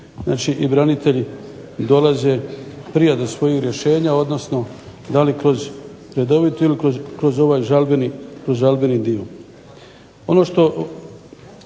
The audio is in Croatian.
tim i branitelji dolaze prije do svojih rješenja, odnosno da li kroz redovito ili kroz ovaj žalbeni dio.